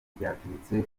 byaturutse